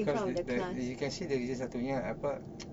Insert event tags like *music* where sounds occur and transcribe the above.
cause the the you can see the sepatutnya apa *noise*